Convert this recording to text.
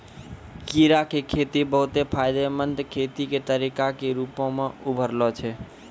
कीड़ा के खेती बहुते फायदामंद खेती के तरिका के रुपो मे उभरलो छै